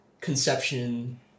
conception